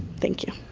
thank you.